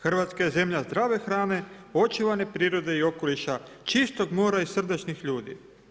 Hrvatska je zemlja zdrave hrane, očuvane prirode i okoliša, čistog mora i srdačnih ljudi.